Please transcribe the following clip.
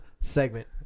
segment